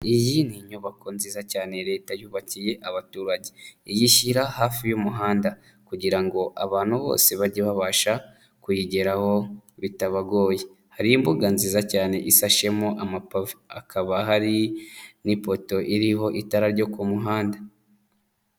Iyi ni inyubako nziza cyane leta yubakiye abaturage. Iyishyira hafi y'umuhanda kugira ngo abantu bose bajye babasha kuyigeraho bitabagoye. Hari imbuga nziza cyane isashemo amapave. Hakaba hari n'ipoto iriho itara ryo ku muhanda.